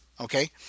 Okay